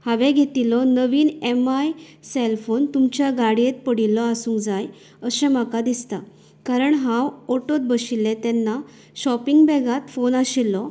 हांवें घेतिल्लो नवीन एम आय सेलफोन तुमच्या गाडयेंत पडिल्लो आसूंक जाय अशें म्हाका दिसता कारण हांव ऑटोंत बशिल्ले तेन्ना शॉपिंग बॅगांत फोन आशिल्लो